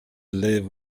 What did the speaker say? live